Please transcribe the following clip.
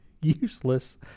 useless